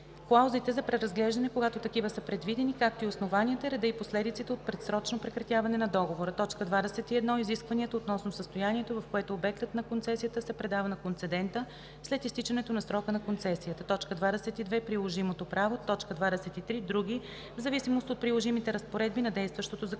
клаузите за преразглеждане, когато такива са предвидени, както и основанията, реда и последиците от предсрочно прекратяване на договора; 21. изискванията относно състоянието, в което обектът на концесията се предава на концедента след изтичането на срока на концесията; 22. приложимото право; 23. други, в зависимост от приложимите разпоредби на действащото законодателство.